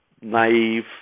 naive